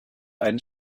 einen